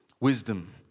wisdom